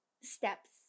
steps